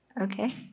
Okay